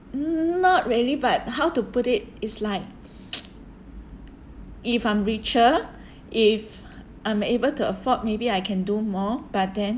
not really but how to put it it's like if I'm richer if I'm able to afford maybe I can do more but then